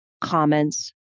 comments